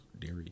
Dairy